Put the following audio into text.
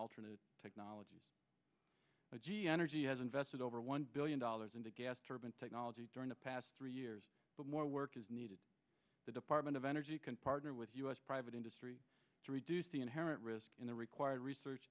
alternative technologies but gee energy has invested over one billion dollars into gas turbine technology during the past three years but more work is needed the department of energy can partner with us private industry to reduce the inherent risk in the required research